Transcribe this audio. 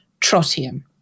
trotium